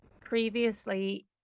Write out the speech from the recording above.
previously